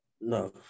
No